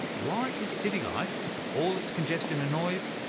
why is city life, for all its congestion and noise,